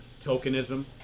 tokenism